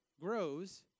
grows